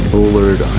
Bullard